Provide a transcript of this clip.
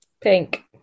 Pink